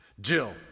Jill